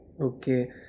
okay